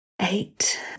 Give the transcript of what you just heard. eight